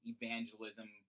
evangelism